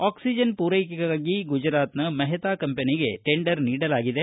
ಆಕ್ಷಿಜನ್ಗಾಗಿ ಗುಜರಾತ್ನ ಮೆಹತಾ ಕಂಪನಿಗೆ ಟೆಂಡರ್ ನೀಡಲಾಗಿದೆ